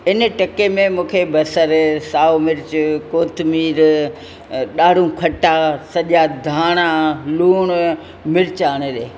इन टके में मूंखे बसरि साओ मिर्च कोथमीर व ॾारूं खटा सॼा धाणा लूणु मिर्च आणे ॾिए